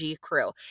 crew